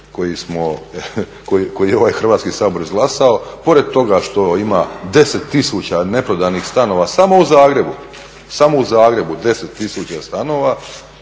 koji je ovaj Hrvatski sabor izglasao, pored toga što ima 10 tisuća neprodanih stanova samo u Zagrebu 10 tisuća stanova